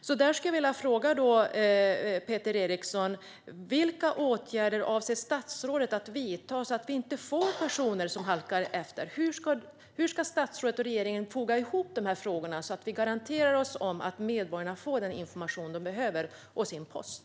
Jag skulle vilja fråga Peter Eriksson: Vilka åtgärder avser statsrådet att vidta för att vi inte ska få personer som halkar efter? Hur ska statsrådet och regeringen foga ihop dessa frågor så att vi garanterar att medborgarna får den information de behöver och sin post?